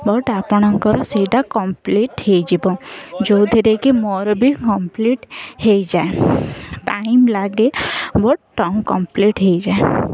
but ଆପଣଙ୍କର ସେଇଟା complete ହେଇଯିବ ଯେଉଁଥିରେ କି ମୋର ବି କମ୍ପ୍ଲିଟ୍ ହେଇଯାଏ ଟାଇମ୍ ଲାଗେ ବଟ୍ କମ୍ପ୍ଲିଟ୍ ହେଇଯାଏ